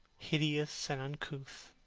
hideous, and uncouth.